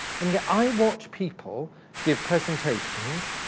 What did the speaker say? and yet, i watch people give presentations,